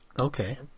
Okay